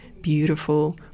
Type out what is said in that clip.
beautiful